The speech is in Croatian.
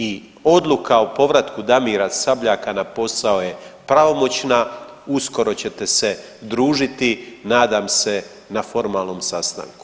I odluka o povratku Damira Sabljaka na posao je pravomoćna, uskoro ćete se družiti nadam se na formalnom sastanku.